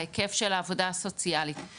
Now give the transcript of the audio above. ההיקף של העבודה הסוציאלית,